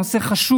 זה נושא חשוב,